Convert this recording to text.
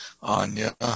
Anya